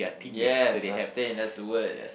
yes sustain that's the word